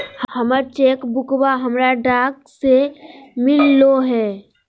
हमर चेक बुकवा हमरा डाक से मिललो हे